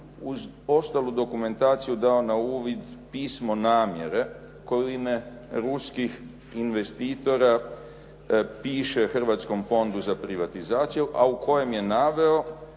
ostalu dokumentaciju dao na uvid pismo namjere koju u ime ruskih investitora piše Hrvatskom fondu za privatizaciju a u kojem je naveo